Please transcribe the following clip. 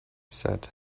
said